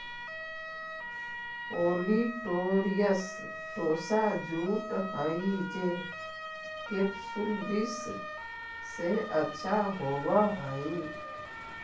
olitorius टोसा jute हई जे केपसुलरिस से अच्छा होवऽ हई